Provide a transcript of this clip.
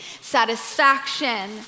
satisfaction